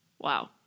Wow